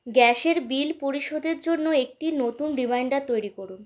গ্যাসের বিল পরিশোধের জন্য একটি নতুন রিমাইন্ডার তৈরি করুন